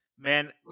Man